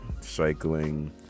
cycling